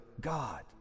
God